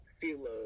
feel